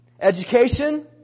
education